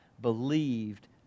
believed